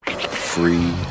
Free